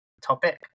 topic